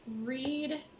read